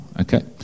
okay